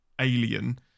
Alien